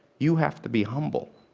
you have to be humble.